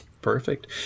Perfect